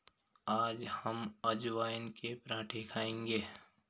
आज हम अजवाइन के पराठे खाएंगे